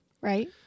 Right